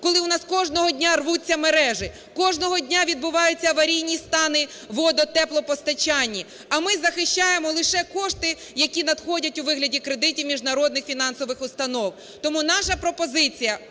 коли у нас кожного дня рвуться мережі, кожного дня відбуваються аварійні стани в водо-, теплопостачанні, а ми захищаємо лише кошти, які надходять у вигляді кредитів міжнародних фінансових установ. Тому наша пропозиція: